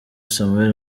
samuel